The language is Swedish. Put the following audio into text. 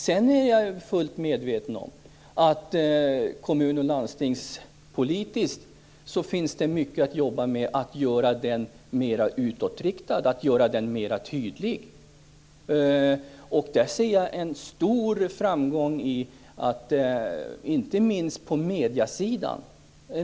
Jag är fullt medveten om att det kommunal och landstingspolitiskt finns mycket att jobba med när det gäller att göra den politiken mera utåtriktad och mera tydlig. Där ser jag en stor framgång, inte minst på mediesidan.